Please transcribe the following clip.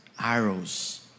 arrows